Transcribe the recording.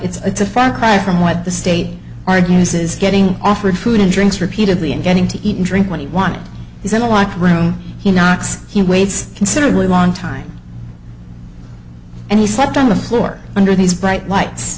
but it's a frank cry from what the state argues is getting offered food and drinks repeatedly and getting to eat and drink when he want it is in a locked room he knocks he waits considerably long time and he slept on the floor under these bright lights